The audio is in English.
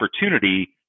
opportunity